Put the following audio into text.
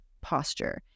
posture